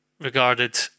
regarded